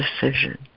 decision